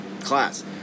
class